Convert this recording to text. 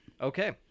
Okay